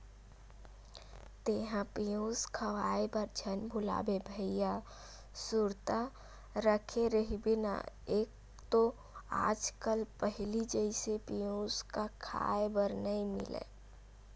तेंहा पेयूस खवाए बर झन भुलाबे भइया सुरता रखे रहिबे ना एक तो आज कल पहिली जइसे पेयूस क खांय बर नइ मिलय